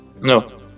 No